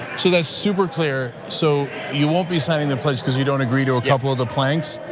so that's super clear. so, you won't be signing the pledge cuz you don't agree to a couple of the planks.